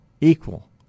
equal